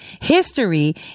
History